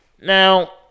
Now